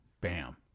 Bam